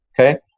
Okay